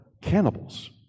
cannibals